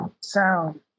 sound